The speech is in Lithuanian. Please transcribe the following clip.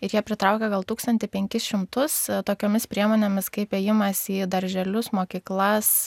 ir jie pritraukia gal tūkstantį penkis šimtus tokiomis priemonėmis kaip ėjimas į darželius mokyklas